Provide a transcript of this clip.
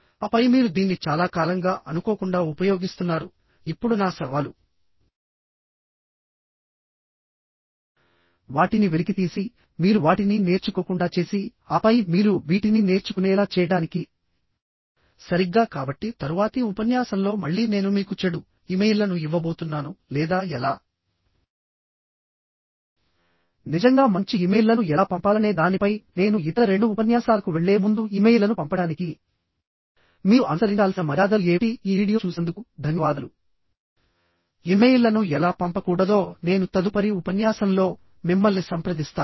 ఆపై మీరు దీన్ని చాలా కాలంగా అనుకోకుండా ఉపయోగిస్తున్నారు ఇప్పుడు నా సవాలు వాటిని వెలికితీసి మీరు వాటిని నేర్చుకోకుండా చేసి ఆపై మీరు వీటిని నేర్చుకునేలా చేయడానికి సరిగ్గా కాబట్టి తరువాతి ఉపన్యాసంలో మళ్ళీ నేను మీకు చెడు ఇమెయిల్లను ఇవ్వబోతున్నాను లేదా ఎలా నిజంగా మంచి ఇమెయిల్లను ఎలా పంపాలనే దానిపై నేను ఇతర రెండు ఉపన్యాసాలకు వెళ్లే ముందు ఇమెయిల్లను పంపడానికి మీరు అనుసరించాల్సిన మర్యాదలు ఏమిటి ఈ వీడియో చూసినందుకు ధన్యవాదాలు ఇమెయిల్లను ఎలా పంపకూడదో నేను తదుపరి ఉపన్యాసంలో మిమ్మల్ని సంప్రదిస్తాను